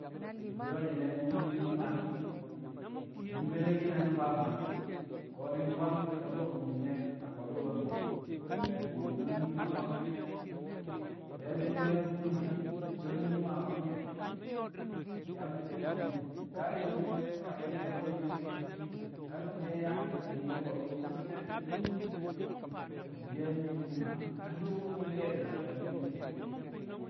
Ƴo̱o̱ nyine nyi̱ nyii Maa shi̱ bi̱li̱ng nyine nyi̱ nu̱ba Maa ko̱ dɪ kwad Yamba kung a ko̱du̱ ko̱nu̱n di̱ nyi̱ nyu̱wo̱ nyii Maa kwangshi̱n be̱e̱bi̱l nye̱ na di̱ kun di̱ sob nyii Maa kwangshi̱n yaa macce̱l kwangshi̱n ka sobkin ka bwe̱ndu̱ faa dure shiye ka nu̱bu̱ she̱ yaa ti̱b ru̱ngke̱ bwe̱ndu̱ ku̱tu̱ng e̱ di̱ nu̱bu̱ she̱ yang nyi̱m nyii Maa ka sobon nyii te̱e̱ di̱ ma tab nyii shiye